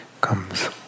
comes